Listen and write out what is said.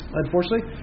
unfortunately